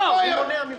מה הבעיה?